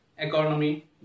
Economy